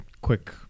quick